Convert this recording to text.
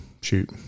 shoot